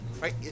right